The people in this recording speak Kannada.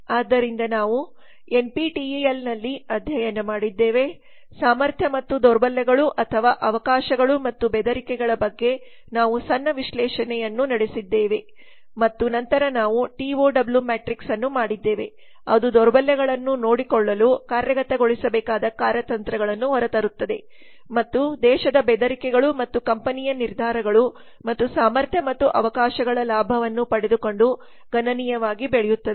ಆದ್ದರಿಂದ ನಾವು ಎನ್ಪಿಟಿಇಎಲ್ನಲ್ಲಿ ಅಧ್ಯಯನ ಮಾಡಿದ್ದೇವೆ ಸಾಮರ್ಥ್ಯ ಮತ್ತು ದೌರ್ಬಲ್ಯಗಳು ಅಥವಾ ಅವಕಾಶಗಳು ಮತ್ತು ಬೆದರಿಕೆಗಳ ಬಗ್ಗೆ ನಾವು ಸಣ್ಣ ವಿಶ್ಲೇಷಣೆಯನ್ನು ಚರ್ಚಿಸಿದ್ದೇವೆ ಮತ್ತು ನಂತರ ನಾವು ಟಿ ಒ ಡಬ್ಲ್ಯೂ ಮ್ಯಾಟ್ರಿಕ್ಸ್ ಅನ್ನು ಮಾಡಿದ್ದೇವೆ ಅದು ದೌರ್ಬಲ್ಯಗಳನ್ನು ನೋಡಿಕೊಳ್ಳಲು ಕಾರ್ಯಗತಗೊಳಿಸಬೇಕಾದ ಕಾರ್ಯತಂತ್ರಗಳನ್ನು ಹೊರತರುತ್ತದೆ ಮತ್ತು ದೇಶದ ಬೆದರಿಕೆಗಳು ಮತ್ತು ಕಂಪನಿಯ ನಿರ್ಧಾರಗಳು ಮತ್ತು ಸಾಮರ್ಥ್ಯ ಮತ್ತು ಅವಕಾಶಗಳ ಲಾಭವನ್ನು ಪಡೆದುಕೊಂಡು ಗಣನೀಯವಾಗಿ ಬೆಳೆಯುತ್ತದೆ